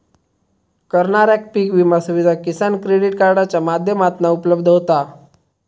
करणाऱ्याक पीक विमा सुविधा किसान क्रेडीट कार्डाच्या माध्यमातना उपलब्ध होता